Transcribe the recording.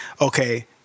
okay